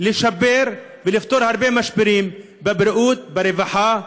לשפר ולפתור הרבה משברים בבריאות, ברווחה ובחינוך,